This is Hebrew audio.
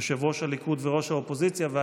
יושב-ראש הליכוד וראש האופוזיציה בנימין נתניהו,